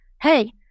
hey